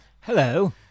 Hello